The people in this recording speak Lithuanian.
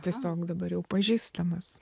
tiesiog dabar jau pažįstamas